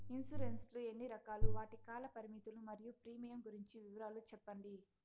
Insurance లు ఎన్ని రకాలు? వాటి కాల పరిమితులు మరియు ప్రీమియం గురించి వివరాలు సెప్పండి?